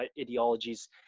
ideologies